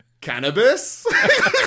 Cannabis